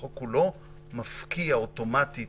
החוק לא מפקיע אוטומטית